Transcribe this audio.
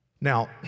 Now